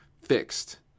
fixed